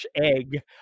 egg